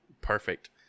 Perfect